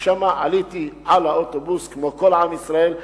ומשם עליתי על האוטובוס כמו כל עם ישראל,